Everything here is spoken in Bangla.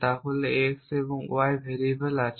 তাহলে x এবং y এর ভেরিয়েবল আছে